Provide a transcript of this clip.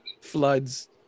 floods